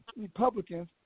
Republicans